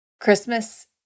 Christmas